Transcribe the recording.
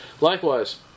Likewise